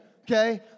okay